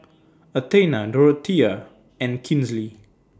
Athena Dorthea and Kinsley